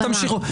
אבל תמשיכו.